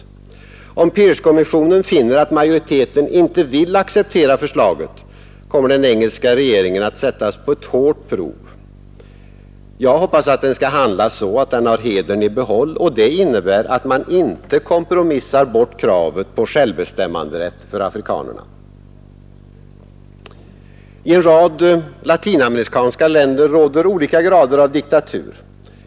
Finner Pearcekommissionen att majoriteten inte vill acceptera förslaget, kommer den engelska regeringen att sättas på ett hårt prov. Jag hoppas att den skall handla så att den har hedern i behåll, och det innebär att den inte kompromissar bort kravet på självbestämmanderätt för afrikanerna. I en rad latinamerikanska länder råder olika grader av diktatur.